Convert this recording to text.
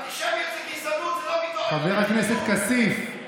אנטישמיות זו גזענות לא, חבר הכנסת כסיף,